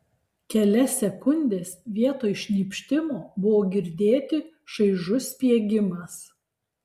kelias sekundes vietoj šnypštimo buvo girdėti šaižus spiegimas